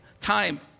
time